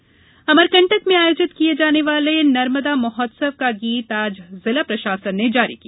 नर्मदा गीत अमरकंटक में आयोजित किए जाने वाले नर्मदा माहोत्सव का गीत आज जिला प्रशासन ने जारी किया